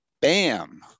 Bam